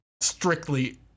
strictly